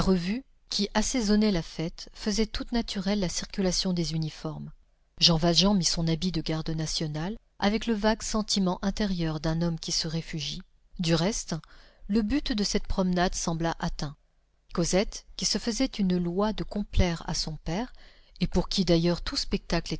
qui assaisonnait la fête faisait toute naturelle la circulation des uniformes jean valjean mit son habit de garde national avec le vague sentiment intérieur d'un homme qui se réfugie du reste le but de cette promenade sembla atteint cosette qui se faisait une loi de complaire à son père et pour qui d'ailleurs tout spectacle